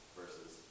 versus